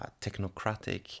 technocratic